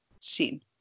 seen